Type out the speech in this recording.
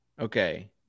Okay